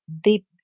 deep